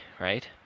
right